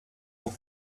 aux